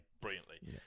brilliantly